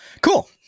cool